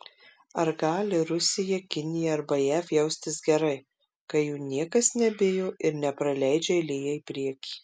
ar gali rusija kinija arba jav jaustis gerai kai jų niekas nebijo ir nepraleidžia eilėje į priekį